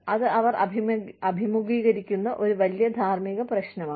അത് അവർ അഭിമുഖീകരിക്കുന്ന ഒരു വലിയ ധാർമ്മിക പ്രശ്നമാണ്